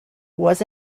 was